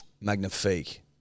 magnifique